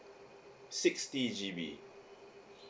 sixty G_B